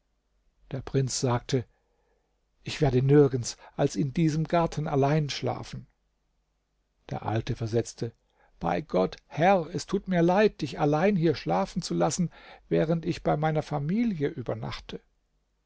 der prinz sagte ich werde nirgends als in diesem garten allein schlafen der alte versetzte bei gott herr es tut mir leid dich allein hier schlafen zu lassen während ich bei meiner familie übernachte